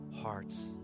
hearts